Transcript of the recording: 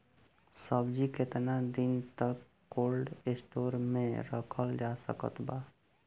सब्जी केतना दिन तक कोल्ड स्टोर मे रखल जा सकत बा?